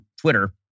Twitter